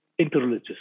interreligious